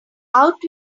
out